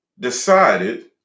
decided